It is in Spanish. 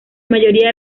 mayoría